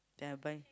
then I buy